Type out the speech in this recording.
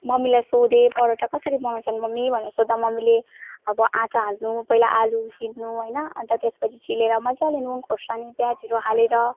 मम्मीलाई सोधेँ परोठा कसरी बनाउँछन् मम्मी भनेर सोध्दा मम्मीले अब आँटा हाल्नु पहिला आलु उसिन्नु होइन अन्त त्यसपछि छिलेर मजाले नुन खोर्सानी पियाजहरू हालेर